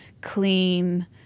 clean